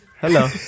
hello